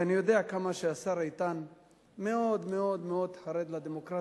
ואני יודע כמה שהשר איתן מאוד מאוד מאוד חרד לדמוקרטיה,